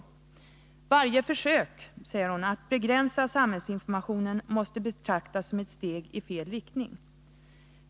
Varje försök att begränsa samhällsinformationen måste betraktas som ett stegifel riktning.